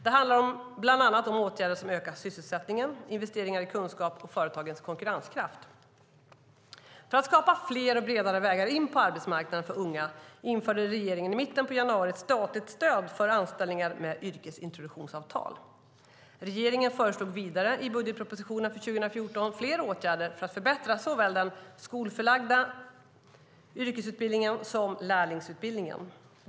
Det handlar bland annat om åtgärder som ökar sysselsättningen, investeringar i kunskap och företagens konkurrenskraft. För att skapa fler och bredare vägar in på arbetsmarknaden för unga införde regeringen i mitten på januari ett statligt stöd för anställningar med yrkesintroduktionsavtal. Regeringen föreslog vidare i budgetpropositionen för 2014 flera åtgärder för att förbättra såväl den skolförlagda yrkesutbildningen som lärlingsutbildningen.